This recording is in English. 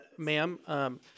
Ma'am